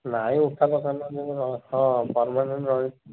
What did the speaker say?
ନାଇଁ ଉଠା ଦୋକାନ ହଁ ପରମାନେଣ୍ଟ ରହିଛିି